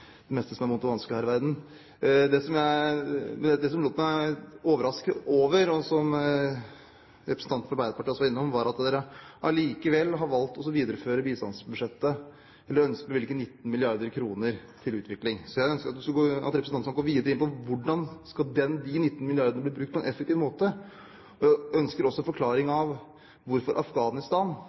det meste som er vondt og vanskelig her i verden. Det jeg lot meg overraske over, og som representanten fra Arbeiderpartiet også var innom, var at dere allikevel har valgt å videreføre bistandsbudsjettet, eller dere ønsker å bevilge 19 mrd. kr til utvikling. Så jeg ønsker at representanten skal komme videre inn på: Hvordan skal de 19 mrd. kr bli brukt på en effektiv måte? Jeg ønsker også forklaring på hvorfor Afghanistan